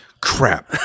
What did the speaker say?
crap